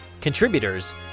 contributors